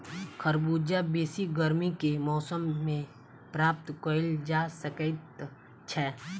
खरबूजा बेसी गर्मी के मौसम मे प्राप्त कयल जा सकैत छै